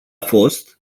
fost